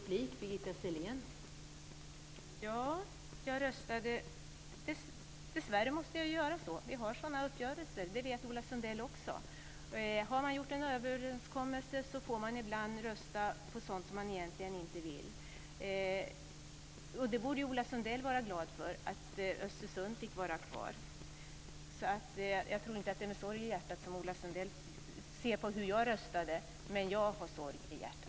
Fru talman! Ja, jag röstade ja. Dessvärre var jag tvungen att göra det. Vi har sådana uppgörelser. Det vet Ola Sundell också. Har det gjorts en överenskommelse måste man ibland rösta för sådant som man egentligen inte vill rösta för. Ola Sundell borde vara glad över att Östersund fick vara kvar. Så jag tror inte att det är med sorg i hjärtat som Ola Sundell ser på hur jag röstade. Men jag har sorg i hjärtat.